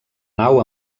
nau